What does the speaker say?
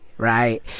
Right